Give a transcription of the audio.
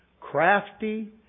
crafty